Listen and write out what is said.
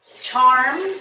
charm